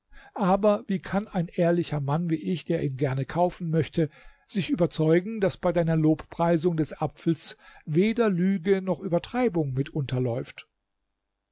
aber wie kann ein ehrlicher mann wie ich der ihn gerne kaufen möchte sich überzeugen daß bei deiner lobpreisung des apfels weder lüge noch übertreibung